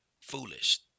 foolish